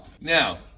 Now